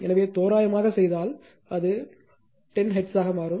எனவே தோராயமாக செய்தால் அது 10 ஹெர்ட்ஸாக மாறும்